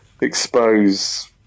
expose